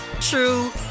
true